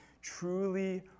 truly